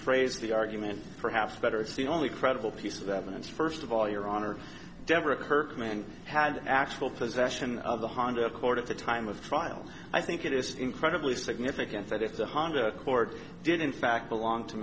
phrase the argument perhaps better see only credible piece of evidence first of all your honor deborah kirkman had actual possession of the honda accord at the time of trial i think it is incredibly significant that it's a honda accord did in fact belong to